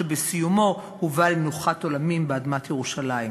שבסיומו הוא הובא למנוחת עולמים באדמת ירושלים.